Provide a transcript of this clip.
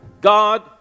God